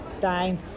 time